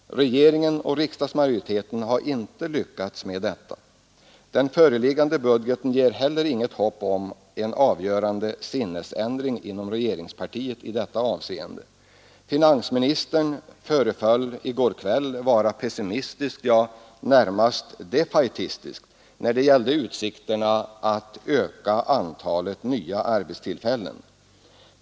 Regeringen och riksdagsmajoriteten har inte lyckats med detta. Den föreliggande budgeten ger heller inget hopp om en avgörande sinnesändring inom regeringspartiet i detta avseende. Finansministern föreföll i går kväll vara pessimistisk, ja, nästan defaitistisk när det gällde utsikterna att öka antalet nya arbetstillfällen.